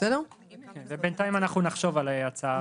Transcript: בינתיים נחשוב על הצעה.